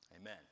amen